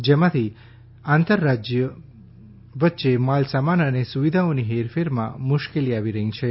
જેમાંથી રાજ્યો વચ્ચે માલ સામાન અને સુવિધાઓની હેરફેરમાં મુશ્કેલી આવી રહી છે